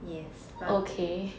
yes